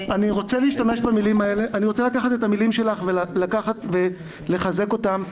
אני רוצה לקחת את המילים שלך ולחזק אותן.